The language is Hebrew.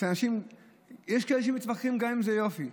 יש כאלה שמצמיחים גם ליופי,